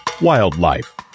Wildlife